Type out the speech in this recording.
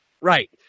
Right